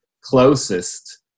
closest